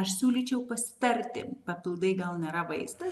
aš siūlyčiau pasitarti papildai gal nėra vaistas